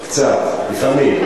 קצת, לפעמים.